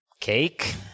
Cake